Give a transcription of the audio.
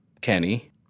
Kenny